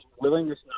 willingness